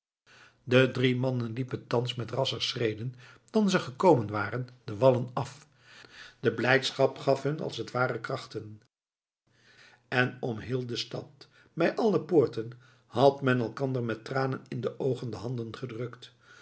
de drie mannen liepen thans met rasscher schreden dan ze gekomen waren de wallen af de blijdschap gaf hun als het ware krachten en om heel de stad bij alle poorten had men elkander met tranen in de oogen de handen gedrukt